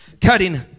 cutting